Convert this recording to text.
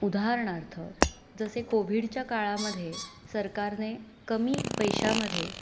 उदाहरणार्थ जसे कोव्हिडच्या काळामध्ये सरकारने कमी पैशामध्ये